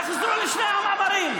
תחזרו לשני המאמרים.